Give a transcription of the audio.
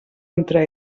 entre